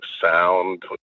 sound